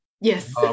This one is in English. Yes